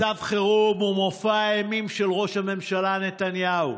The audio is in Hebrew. מצב חירום הוא מופע האימים של ראש הממשלה נתניהו,